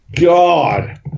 god